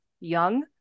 young